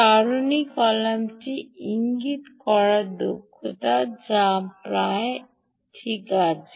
সারণী কলামটি ইঙ্গিত করে দক্ষতা যা প্রায় আহ